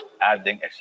adding